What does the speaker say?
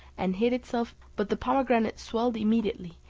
and hid itself, but the pomegranate swelled immediately,